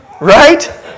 Right